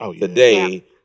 today